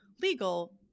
legal